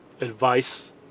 advice